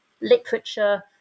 literature